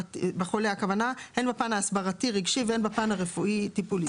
הן בפן ההסברתי רגשי והן בפן הרפואי טיפולי.